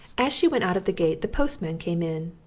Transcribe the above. as she went out of the gate the postman came in,